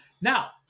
Now